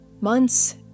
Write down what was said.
Months